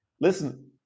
listen